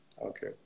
Okay